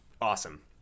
Awesome